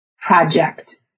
project